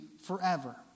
forever